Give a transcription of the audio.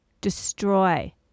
destroy